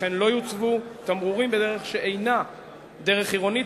ולא יוצבו תמרורים בדרך שאינה דרך עירונית,